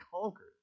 conquered